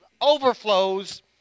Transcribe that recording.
overflows